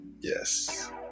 Yes